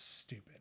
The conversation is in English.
stupid